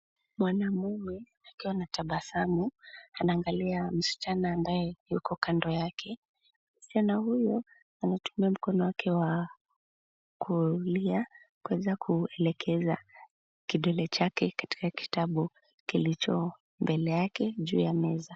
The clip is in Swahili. Mwanamume akiwa na tabasamu anaangalia msichana ambaye yuko kando yake, msichana huyu anatumia mkono wake wa kulia kuweza kuelekeza kidole chake katika kitabu kilicho mbele yake juu ya meza.